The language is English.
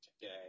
today